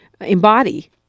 embody